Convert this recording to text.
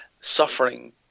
suffering